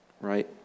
right